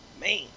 Man